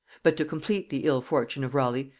but to complete the ill-fortune of raleigh,